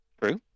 True